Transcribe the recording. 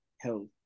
health